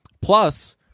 Plus